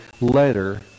letter